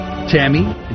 Tammy